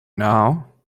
now